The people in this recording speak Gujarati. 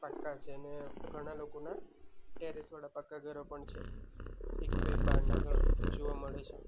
પાકા છે ને ઘણા લોકોના ટેરેસવાળા પાકા ઘરો પણ છે એક બે માળના ઘર જોવા મળે છે